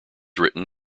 written